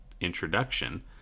introduction